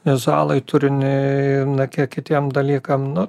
vizualui turiniui na kiek kitiem dalykam nu